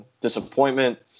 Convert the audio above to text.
disappointment